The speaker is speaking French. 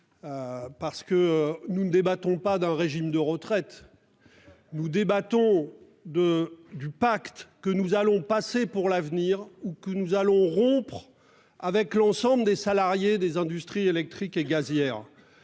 effet, nous discutons non pas d'un régime de retraite, mais du pacte que nous allons passer pour l'avenir, ou que nous allons rompre, avec l'ensemble des salariés des industries électriques et gazières.